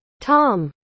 Tom